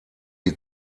die